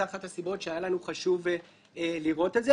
זאת אחת הסיבות שהיה לנו חשוב לראות את זה,